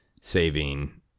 saving